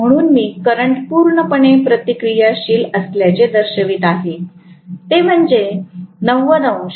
म्हणून मी करंट पूर्णपणे प्रतिक्रियाशील असल्याचे दर्शवित आहे ते म्हणजे 90 अंश